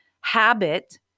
habit